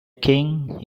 king